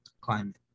climate